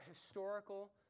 historical